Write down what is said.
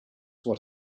what